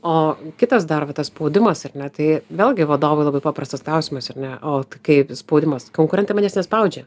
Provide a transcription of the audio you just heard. o kitas dar va tas spaudimas ar ne tai vėlgi vadovui labai paprastas klausimas ar ne o tai kaip spaudimas konkurentai manęs nespaudžia